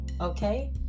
okay